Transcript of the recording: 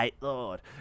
Lord